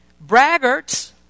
braggarts